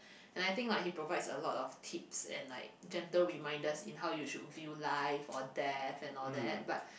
and I think like he provides a lot of tips and like gentle reminders in how you should view life or death and all that but